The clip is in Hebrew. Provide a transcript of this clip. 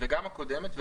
וגם הקודמת,